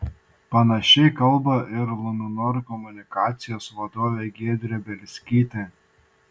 panašiai kalba ir luminor komunikacijos vadovė giedrė bielskytė